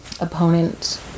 opponent